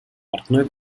портной